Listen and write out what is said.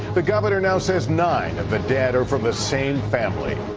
the governor now says nine of the dead are from the same family.